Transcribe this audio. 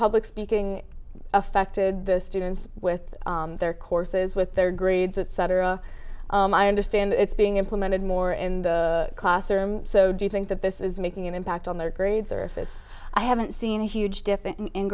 public speaking affected the students with their courses with their greed that cetera i understand it's being implemented more in the classroom so do you think that this is making an impact on their grades or if it's i haven't seen a huge difference in